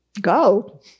Go